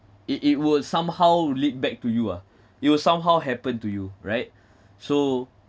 it it will somehow lead back to you ah it will somehow happen to you right so